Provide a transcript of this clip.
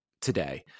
today